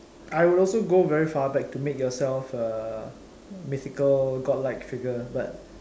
I will also go very far back to make yourself uh mythical godlike figure but